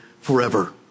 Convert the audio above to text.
forever